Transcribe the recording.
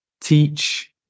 teach